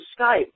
Skype